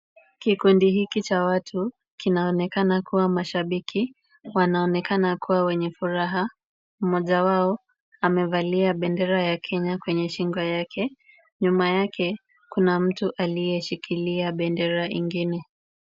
Kikundi hiki cha watu kinaonekana kuwa mashabiki. Wanaonekana kuwa wenye furaha. Mmoja wao amevalia bendera ya Kenya kwenye shingo yake. Nyuma yake kuna mtu aliyeshikilia bendera ingine.